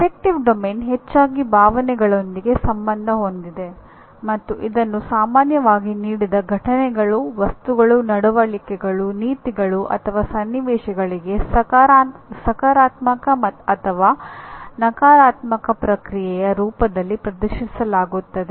affective domain ಹೆಚ್ಚಾಗಿ ಭಾವನೆಗಳೊಂದಿಗೆ ಸಂಬಂಧ ಹೊಂದಿದೆ ಮತ್ತು ಇದನ್ನು ಸಾಮಾನ್ಯವಾಗಿ ನೀಡಿದ ಘಟನೆಗಳು ವಸ್ತುಗಳು ನಡವಳಿಕೆಗಳು ನೀತಿಗಳು ಅಥವಾ ಸನ್ನಿವೇಶಗಳಿಗೆ ಸಕಾರಾತ್ಮಕ ಅಥವಾ ನಕಾರಾತ್ಮಕ ಪ್ರತಿಕ್ರಿಯೆಯ ರೂಪದಲ್ಲಿ ಪ್ರದರ್ಶಿಸಲಾಗುತ್ತದೆ